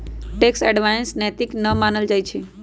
tax avoidance नैतिक न मानल जाइ छइ